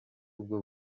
ubwo